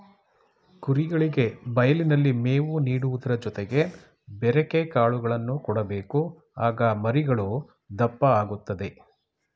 ಕುರಿಗಳಿಗೆ ಬಯಲಿನಲ್ಲಿ ಮೇವು ನೀಡುವುದರ ಜೊತೆಗೆ ಬೆರೆಕೆ ಕಾಳುಗಳನ್ನು ಕೊಡಬೇಕು ಆಗ ಮರಿಗಳು ದಪ್ಪ ಆಗುತ್ತದೆ